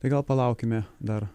tai gal palaukime dar